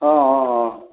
অঁ অঁ অঁ